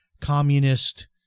communist